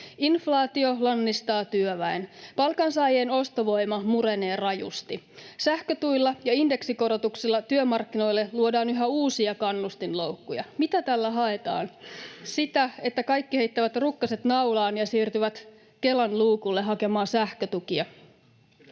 Inflaatio lannistaa työväen. Palkansaajien ostovoima murenee rajusti. Sähkötuilla ja indeksikorotuksilla työmarkkinoille luodaan yhä uusia kannustinloukkuja. Mitä tällä haetaan? Sitäkö, että kaikki heittävät rukkaset naulaan ja siirtyvät Kelan luukulle hakemaan sähkötukia?